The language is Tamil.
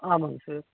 ஆமாங்க சார்